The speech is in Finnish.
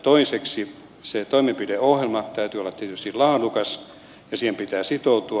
toiseksi sen toimenpideohjelman täytyy olla tietysti laadukas ja siihen pitää sitoutua